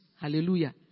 hallelujah